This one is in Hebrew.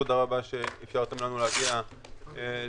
תודה רבה שאפשרתם לנו להגיע לישיבה.